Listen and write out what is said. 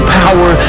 power